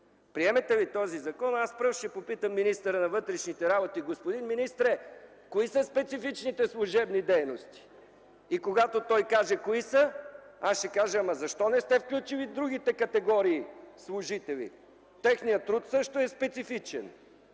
Приемете ли този закон, аз ще попитам министъра на вътрешните работи: „Господин министре, кои са специфичните служебни дейности”, и когато той каже кои са, аз ще кажа: „Ама защо не сте включили другите категории служители, техният труд също е специфичен?”